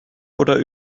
oder